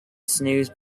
snooze